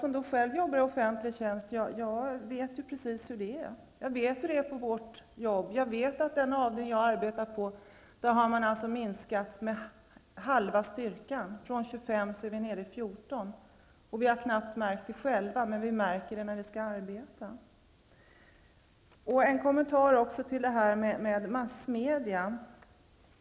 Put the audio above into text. Jag själv arbetar i offentlig tjänst och vet precis hur det är. Den avdelning som jag arbetar på har fått en nästan halverad styrka, från 25 till 14 personer, och vi har knappt märkt det själva. Däremot märker vi det när vi arbetar.